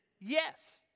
yes